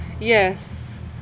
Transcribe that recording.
Yes